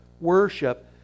worship